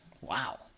Wow